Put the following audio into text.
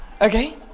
Okay